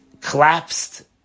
collapsed